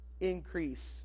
increase